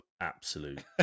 absolute